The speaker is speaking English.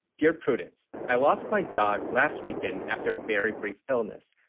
dear prudence, i lost my dog last weekend after a very brief illness.